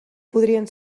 podrien